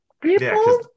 people